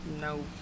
No